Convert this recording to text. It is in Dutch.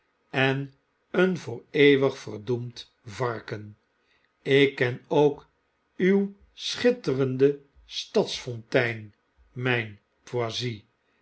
en een voor eeuwig verdoemd varken ik ken ook uw schitterende stads fontein myn